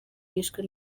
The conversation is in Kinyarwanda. yishwe